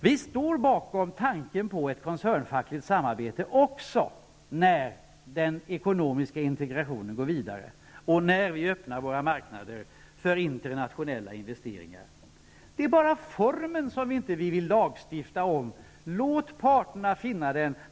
Vi står bakom tanken på ett koncernfackligt samarbete också när den ekonomiska integrationen går vidare och när vi öppnar våra marknader för internationella investeringar. Men vi vill inte lagstifta om formen. Låt parterna finna den!